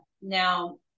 Now